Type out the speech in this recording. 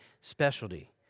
specialty